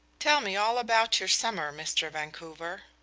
tell me all about your summer, mr. vancouver,